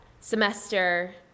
semester